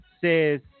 says